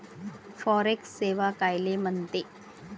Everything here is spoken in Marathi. फॉरेक्स सेवा कायले म्हनते?